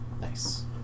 Nice